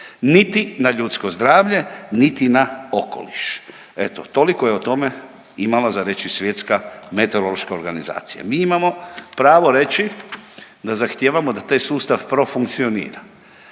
niti na ljudsko zdravlje niti na okoliš. Eto toliko je o tome imala za reći Svjetska meteorološka organizacija. Mi imamo pravo reći da zahtijevamo da taj sustav profunkcionira.